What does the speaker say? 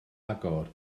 agor